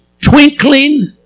twinkling